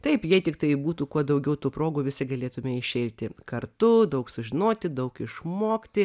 taip jie tiktai būtų kuo daugiau tų progų visi galėtume išeiti kartu daug sužinoti daug išmokti